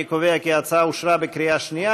אני קובע כי ההצעה התקבלה בקריאה שנייה.